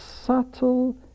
subtle